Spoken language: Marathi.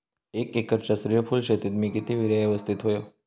एक एकरच्या सूर्यफुल शेतीत मी किती युरिया यवस्तित व्हयो?